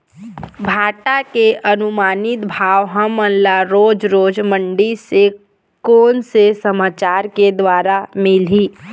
भांटा के अनुमानित भाव हमन ला रोज रोज मंडी से कोन से समाचार के द्वारा मिलही?